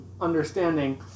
understanding